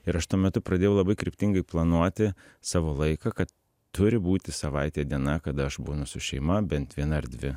ir aš tuo metu pradėjau labai kryptingai planuoti savo laiką ka turi būti savaitėj diena kada aš būnu su šeima bent viena ar dvi